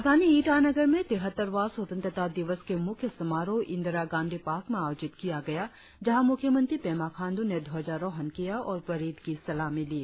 राजधानी ईटानगर में तिहत्तरवां स्वतंत्रता दिवस के मुख्य समारोह इंदिरा गांधी पार्क में आयोजित किया गया जहां मुख्यमंत्री पेमा खांड्र ने ध्वजारोहण किया और परेड की सलामी ली